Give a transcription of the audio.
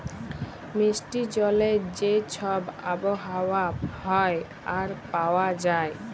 মিষ্টি জলের যে ছব আবহাওয়া হ্যয় আর পাউয়া যায়